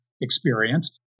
experience